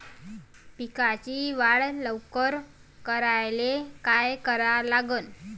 पिकाची वाढ लवकर करायले काय करा लागन?